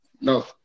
No